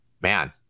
man